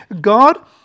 God